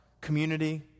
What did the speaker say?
community